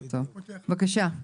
טוב, בבקשה.